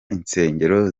insengero